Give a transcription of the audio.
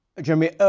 Jeremy